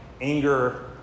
anger